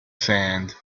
sand